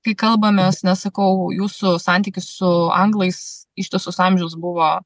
kai kalbamės nes sakau jūsų santykis su anglais ištisus amžius buvo